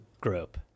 group